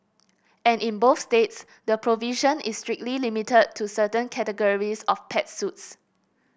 and in both states the provision is strictly limited to certain categories of pet suits